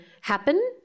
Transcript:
happen